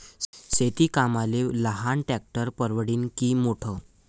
शेती कामाले लहान ट्रॅक्टर परवडीनं की मोठं?